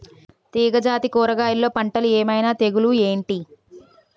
తీగ జాతి కూరగయల్లో పంటలు ఏమైన తెగులు ఏంటి?